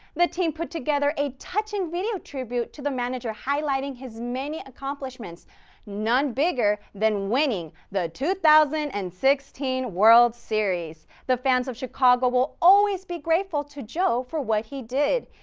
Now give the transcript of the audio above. the team put together a touching video tribute to the manager highlighting his many accomplishments none bigger than winning the two thousand and sixteen world series. the fans of chicago will always be grateful to joe for what he did.